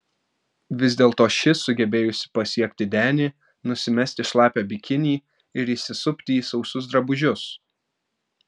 vis dėlto ši sugebėjusi pasiekti denį nusimesti šlapią bikinį ir įsisupti į sausus drabužius